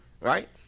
right